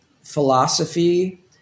philosophy